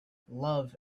love